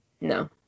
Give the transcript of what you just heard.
No